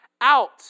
out